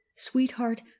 Sweetheart